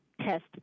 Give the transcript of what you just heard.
test